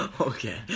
okay